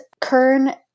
Kern